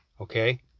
okay